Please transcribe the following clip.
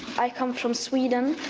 i come from sweden.